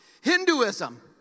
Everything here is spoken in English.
Hinduism